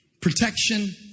protection